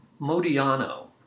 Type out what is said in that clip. Modiano